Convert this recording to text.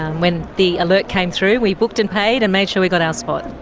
when the alert came through we booked and paid and made sure we got our spot.